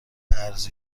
ارزی